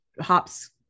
hops